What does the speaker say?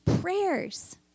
prayers